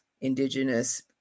Indigenous